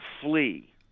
flee